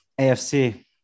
AFC